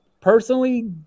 personally